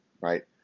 Right